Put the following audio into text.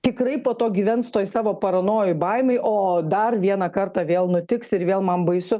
tikrai po to gyvens toj savo paranojoj baimėj o dar vieną kartą vėl nutiks ir vėl man baisu